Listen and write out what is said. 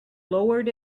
lowered